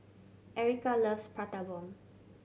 Erika loves Prata Bomb